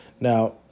Now